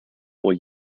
will